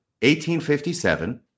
1857